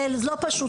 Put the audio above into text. לא פשוט.